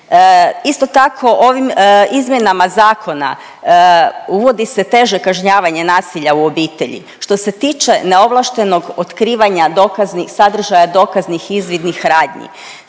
Isto tako, ovim izmjenama zakona uvodi se teže kažnjavanje nasilja u obitelji, što se tiče neovlaštenog otkrivanja dokaznih ,sadržaja dokaznih izvidnih radnji,